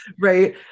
right